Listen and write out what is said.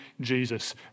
Jesus